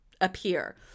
appear